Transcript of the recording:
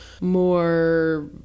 more